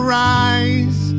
rise